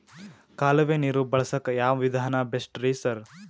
ಕಾಲುವೆ ನೀರು ಬಳಸಕ್ಕ್ ಯಾವ್ ವಿಧಾನ ಬೆಸ್ಟ್ ರಿ ಸರ್?